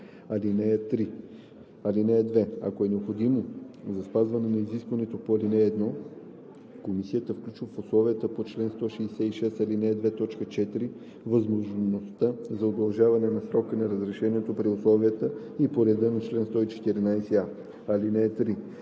ал. 3. (2) Ако е необходимо за спазване на изискването по ал. 1, комисията включва в условията по чл. 106, ал. 2, т. 4 възможността за удължаване на срока на разрешението при условията и по реда на чл. 114а. (3)